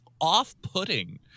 off-putting